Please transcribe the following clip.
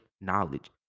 knowledge